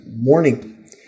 morning